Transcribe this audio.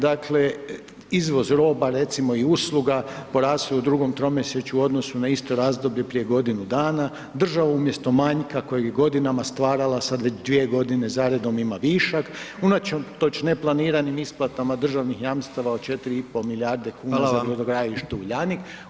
Dakle izvoz roba recimo i usluga porastao je u drugom tromjesečju u odnosu na isto razdoblje prije godinu dana, državu umjesto manjka kojeg je godinama stvarala sada već 2 godine za redom ima višak, unatoč neplaniranim isplatama državnih jamstava od 4,5 milijarde kuna za brodogradilište Uljanik.